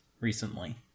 recently